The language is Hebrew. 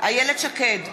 איילת שקד,